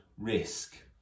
risk